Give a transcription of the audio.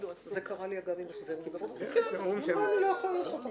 "אין בהוראות סעיף זה כדי למנוע מבנק להחיל את הוראות סעיף 9ח(2) על